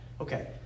Okay